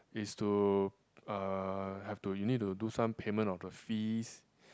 is to uh have to you need to do some payment of the fees